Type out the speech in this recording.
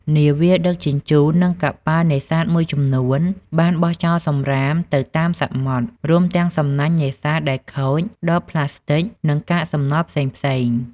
នាវាដឹកជញ្ជូន និងកប៉ាល់នេសាទមួយចំនួនបានបោះចោលសំរាមនៅតាមសមុទ្រ រួមទាំងសំណាញ់នេសាទដែលខូច ដបប្លាស្ទិក និងកាកសំណល់ផ្សេងៗ។